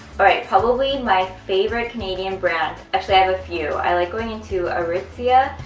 alright probably my favourite canadian brand, actually i have a few i like going into aritzia,